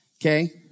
okay